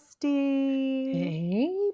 Hey